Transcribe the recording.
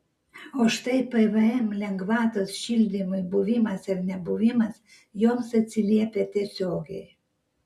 o štai pvm lengvatos šildymui buvimas ar nebuvimas joms atsiliepia tiesiogiai